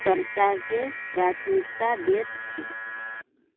सल्टाकेँ प्राथमिकता दैत छी